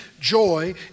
joy